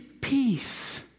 peace